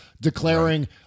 declaring